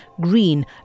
green